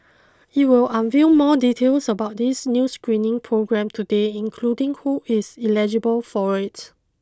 it will unveil more details about this new screening programme today including who is eligible for it